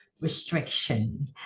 restriction